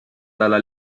dalla